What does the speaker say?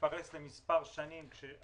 שתתפרס על פני מספר שנים, כאשר